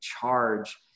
charge